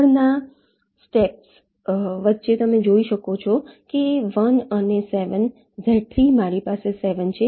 આગળના સ્ટેપ્સ વચ્ચે તમે જોઈ શકો છો કે 1 અને 7 Z 3 મારી પાસે 7 છે